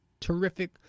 terrific